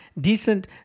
Decent